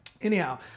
Anyhow